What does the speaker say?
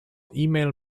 email